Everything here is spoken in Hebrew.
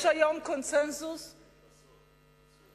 יש היום קונסנזוס, מרפסות.